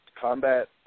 combat